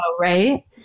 right